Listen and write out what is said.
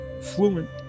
fluent